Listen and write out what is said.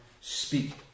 speak